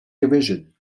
division